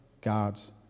God's